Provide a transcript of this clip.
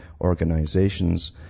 organizations